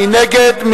מי נגד?